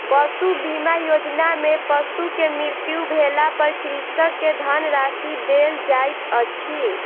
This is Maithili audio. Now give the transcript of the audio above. पशु बीमा योजना में पशु के मृत्यु भेला पर कृषक के धनराशि देल जाइत अछि